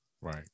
Right